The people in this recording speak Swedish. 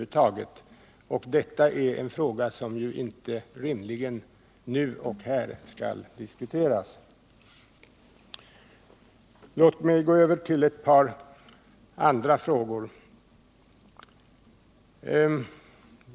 Det är en fråga som ju inte rimligen nu och här skall diskuteras. Låt mig gå över till ett par andra frågor.